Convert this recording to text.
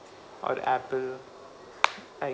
or apple like